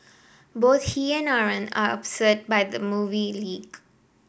both he and Aaron are upset by the movie leak